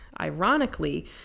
ironically